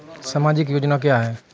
समाजिक योजना क्या हैं?